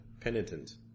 Penitent